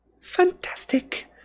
Fantastic